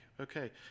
okay